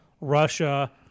Russia